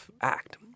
act